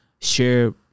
share